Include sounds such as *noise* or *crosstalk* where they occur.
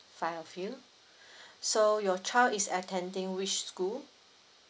five of you *breath* so your child is attending which school